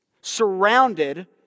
surrounded